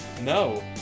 No